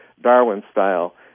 Darwin-style